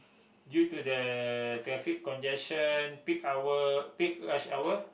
due to the traffic congestion peak hour peak rush hour